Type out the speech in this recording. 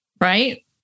right